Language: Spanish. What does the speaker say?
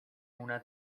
una